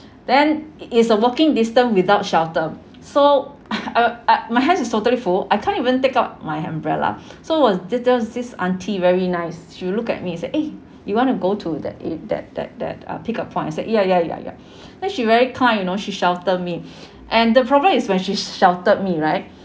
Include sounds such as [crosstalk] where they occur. then it is a walking distance without shelter so [laughs] [noise] my hands is totally full I can't even take out my umbrella so was this there was this aunty very nice she look at me and said eh you want to go to eh that that that that uh pick up point I said ya ya ya ya [breath] then she very kind you know she shelter me and the problem is when she sheltered me right